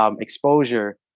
Exposure